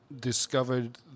discovered